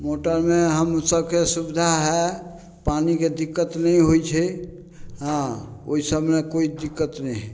मोटरमे हम सबके सुविधा हइ पानिके दिक्कत नहि होइ छै हँ ओइ सबमे कोइ दिक्कत नहि हइ